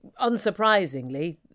Unsurprisingly